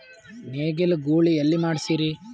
ನೇಗಿಲ ಗೂಳಿ ಎಲ್ಲಿ ಮಾಡಸೀರಿ?